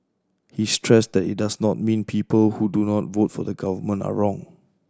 he stressed that it does not mean people who do not vote for the Government are wrong